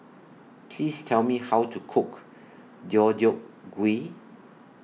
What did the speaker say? Please Tell Me How to Cook Deodeok Gui